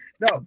No